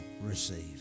receive